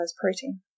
protein